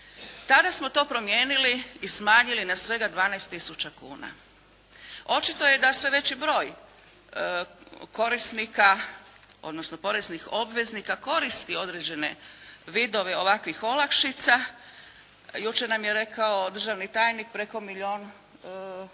Tada smo to promijenili i smanjili na svega 12 tisuća kuna. Očito je da sve veći broj korisnika odnosno poreznih obveznika koristi određene vidove ovakvih olakšica. Jučer nam je rekao državni tajnik preko milijun